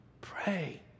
pray